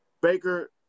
Baker